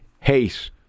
hate